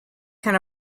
can